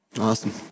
Awesome